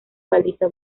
paliza